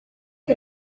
que